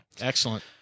Excellent